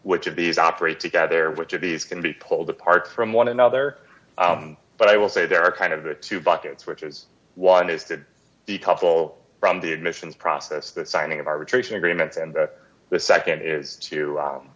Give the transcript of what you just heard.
which of these operate together which of these can be pulled apart from one another but i will say there are kind of the two buckets which is one is the couple from the admissions process the signing of arbitration agreements and the nd is to